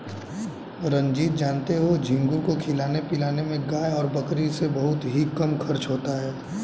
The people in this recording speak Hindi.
रंजीत जानते हो झींगुर को खिलाने पिलाने में गाय और बकरी से बहुत ही कम खर्च होता है